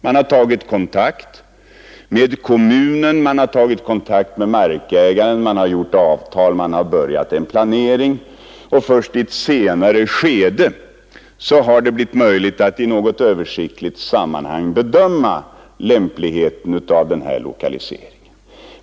Man har tagit kontakt med kommunen, man har tagit kontakt med markägaren, man har slutit avtal, man har börjat en planering, och först i ett senare skede har det blivit möjligt att i något översiktligt sammanhang bedömma lämpligheten av lokaliseringen.